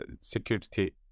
security